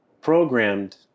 programmed